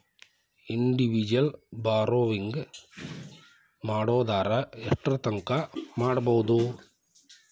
Individual borrowing ಮಾಡೊದಾರ ಯೆಷ್ಟರ್ತಂಕಾ ಮಾಡ್ಬೋದು?